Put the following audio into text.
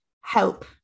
help